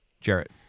Jarrett